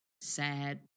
Sad